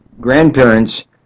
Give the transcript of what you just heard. grandparents